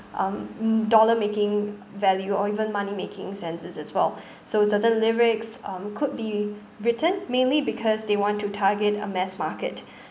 um mm dollar making value or even money making senses as well so certain lyrics um could be written mainly because they want to target a mass market